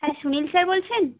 হ্যাঁ সুনীল স্যার বলছেন